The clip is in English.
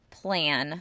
plan